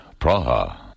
Praha